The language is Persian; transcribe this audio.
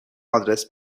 آدرس